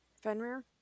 Fenrir